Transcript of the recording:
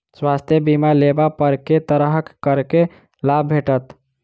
स्वास्थ्य बीमा लेबा पर केँ तरहक करके लाभ भेटत?